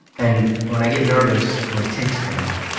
and when i get nervous my tics come out.